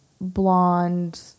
blonde